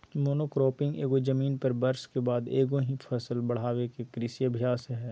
monocropping एगो जमीन पर वर्ष के बाद एगो ही फसल वर्ष बढ़ाबे के कृषि अभ्यास हइ